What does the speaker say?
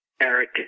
Eric